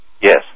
Yes